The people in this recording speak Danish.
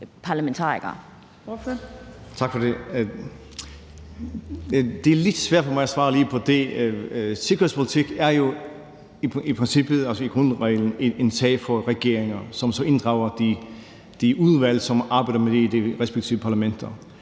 Det er lidt svært for mig at svare lige på det. Sikkerhedspolitik er jo i grundreglen en sag for regeringer, som så inddrager de udvalg, som arbejder med det i de respektive parlamenter.